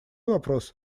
вопрос